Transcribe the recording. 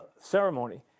ceremony